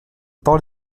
parole